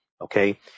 okay